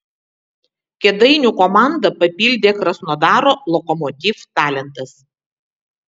kėdainių komandą papildė krasnodaro lokomotiv talentas